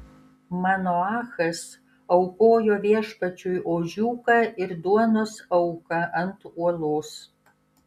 manoachas aukojo viešpačiui ožiuką ir duonos auką ant uolos